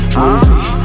movie